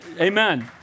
amen